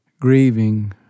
grieving